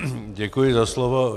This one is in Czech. Děkuji za slovo.